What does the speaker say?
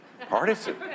Partisan